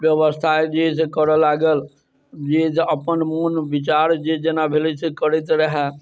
व्यवस्था जे है से करऽ लागल जे है से अपन मन विचार जे जेना भेलै से करैत रहै